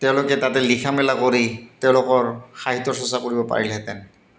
তেওঁলোকে তাতে লিখা মেলা কৰি তেওঁলোকৰ সাহিত্যৰ চৰ্চা কৰিব পাৰিলেহেঁতেন